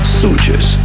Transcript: sutures